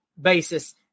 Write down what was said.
basis